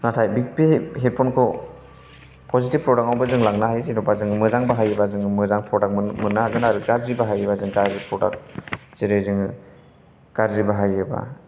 नाथाय बे हेदफ'न खौ पजिथिभ फ्रदाक्ट आवबो जों लांनो हायो जेनेबा जों मोजां बाहायोबा जोङो मोजां प्रदाक्ट मोननो हागोन आरो गाज्रि बाहायोबा जों गाज्रि प्रदाक्ट मोनगोन जेरै जोङो गाज्रि बाहायोब्ला